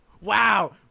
Wow